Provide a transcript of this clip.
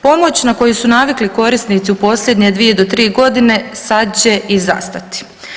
Pomoć na koju su navikli korisnici u posljednje 2 do 3 godine sad će i zastati.